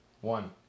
one